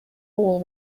all